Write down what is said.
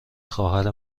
خواهر